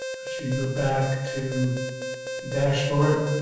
but you can go back to the dashboard